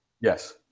Yes